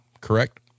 Correct